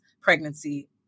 pregnancy